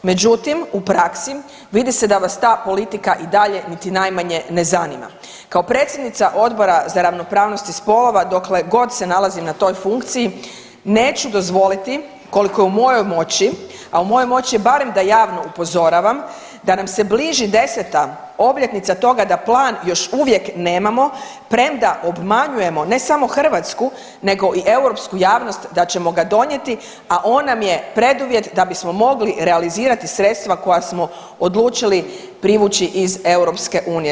Međutim, u praksi vidi se da vas ta politika i dalje niti najmanje ne zanima Kao predsjednica Odbora za ravnopravnosti spolova dokle god se nalazi na toj funkciji neću dozvoliti koliko je u mojoj moći, a u mojoj moći je barem da javno upozoravam da nam se bliži 10. obljetnica toga da plan još uvijek nemamo, premda obmanjujemo ne samo hrvatsku nego i europsku javnost da ćemo ga donijeti, a on nam je preduvjeti da bismo mogli realizirati sredstva koja smo odlučili privući iz EU.